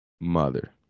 mother